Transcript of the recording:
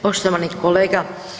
Poštovani kolega.